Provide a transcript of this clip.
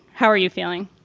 how are you feeling?